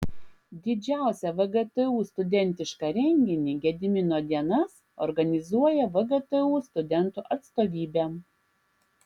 didžiausią vgtu studentišką renginį gedimino dienas organizuoja vgtu studentų atstovybė